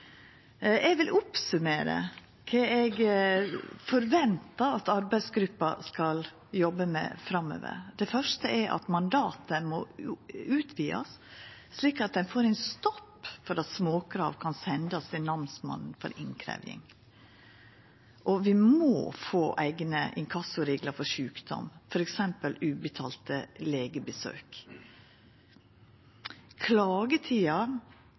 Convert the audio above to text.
Eg vil oppsummera kva eg forventar at arbeidsgruppa skal jobba med framover. Det første er at mandatet må utvidast slik at ein får sett ein stoppar for at småkrav kan sendast til namsmannen for innkrevjing. Og vi må få eigne inkassoreglar for sjukdom, f.eks. ubetalte legebesøk.